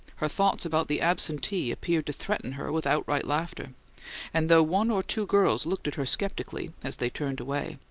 her thoughts about the absentee appeared to threaten her with outright laughter and though one or two girls looked at her skeptically, as they turned away,